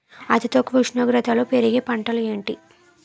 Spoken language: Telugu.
అతి తక్కువ ఉష్ణోగ్రతలో పెరిగే పంటలు ఏంటి?